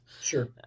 Sure